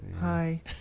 Hi